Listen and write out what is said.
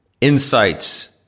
insights